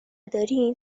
دارین